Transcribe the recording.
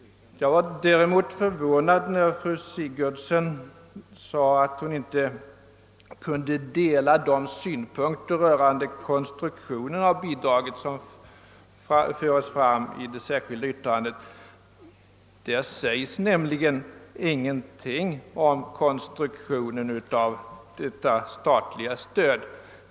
Jag var förvånad när fru Sigurdsen framhöll att hon inte kunde dela de synpunkter rörande konstruktionen av bidraget som framförts i det särskilda yttrandet. Där sägs nämligen ingenting om konstruktionen av detta statliga stöd.